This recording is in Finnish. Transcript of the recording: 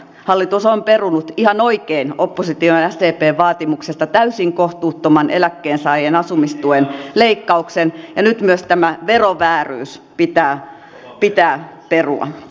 hallitus on perunut ihan oikein opposition ja sdpn vaatimuksesta täysin kohtuuttoman eläkkeensaajien asumistuen leikkauksen ja nyt myös tämä verovääryys pitää perua